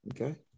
Okay